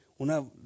una